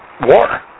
war